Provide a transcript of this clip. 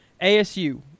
ASU